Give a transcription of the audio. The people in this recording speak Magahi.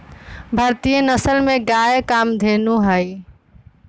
भारतीय नसल में गाय कामधेनु हई